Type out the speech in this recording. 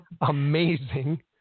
amazing